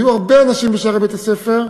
היו הרבה אנשים בשערי בית-הספר,